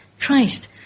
Christ